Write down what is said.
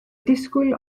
disgwyl